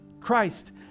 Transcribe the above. Christ